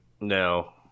no